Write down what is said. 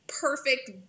perfect